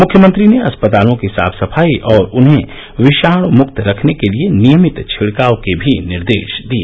मुख्यमंत्री ने अस्पतालों की साफ सफाई और उन्हें विषाणुमुक्त रखने के लिए नियमित छिड़काव के भी निर्देश दिए